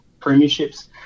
premierships